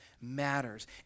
matters